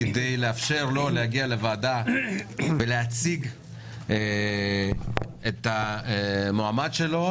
כדי לאפשר לו להגיע לוועדה ולהציג את המועמד שלו.